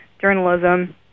journalism